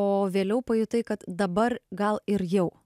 o vėliau pajutai kad dabar gal ir jau